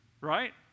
right